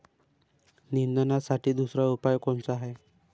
निंदनासाठी दुसरा उपाव कोनचा हाये?